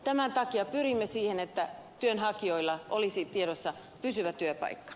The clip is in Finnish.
tämän takia pyrimme siihen että työnhakijoilla olisi tiedossa pysyvä työpaikka